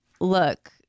look